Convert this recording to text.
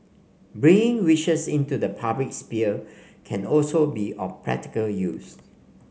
bringing wishes into the public sphere can also be of practical use